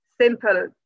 simple